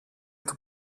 του